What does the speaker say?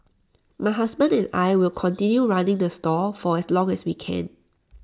my husband and I will continue running the stall for as long as we can